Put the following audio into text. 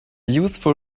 useful